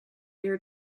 your